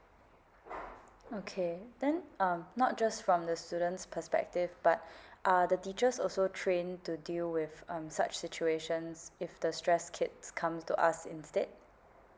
okay then um not just from the students perspective but are the teachers also trained to deal with um such situations if the stress kids come to us instead